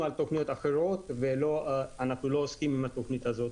על תכניות אחרות ואנחנו לא עוסקים בתכנית הזאת.